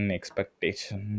Expectation